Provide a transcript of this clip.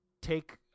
take